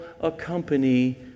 accompany